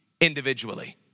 individually